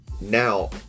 now